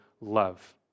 love